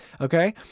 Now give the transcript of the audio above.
Okay